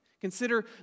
Consider